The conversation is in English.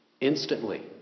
Instantly